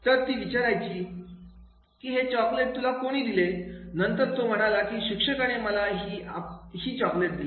तर ती विचारायची हे चॉकलेट तुला कोणी दिले नंतर तो म्हणतो की शिक्षकाने मला हीच आपली दिले